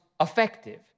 effective